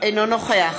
אינו נוכח